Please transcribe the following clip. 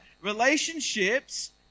Relationships